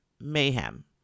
mayhem